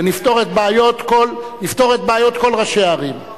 ונפתור את בעיות כל ראשי הערים.